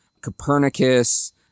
copernicus